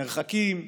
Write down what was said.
מרחקים,